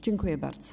Dziękuję bardzo.